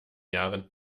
jahren